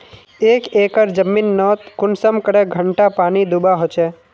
एक एकर जमीन नोत कुंसम करे घंटा पानी दुबा होचए?